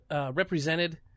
represented